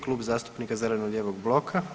Klub zastupnika zeleno-lijevog bloka.